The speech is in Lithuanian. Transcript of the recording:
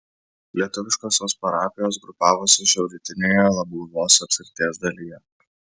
lietuviškosios parapijos grupavosi šiaurrytinėje labguvos apskrities dalyje